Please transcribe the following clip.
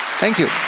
thank you,